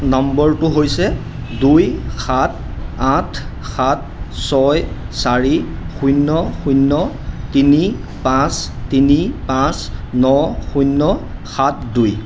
নম্বৰটো হৈছে দুই সাত আঠ সাত ছয় চাৰি শূন্য শূন্য তিনি পাঁচ তিনি পাঁচ ন শূন্য সাত দুই